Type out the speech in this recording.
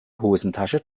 hosentasche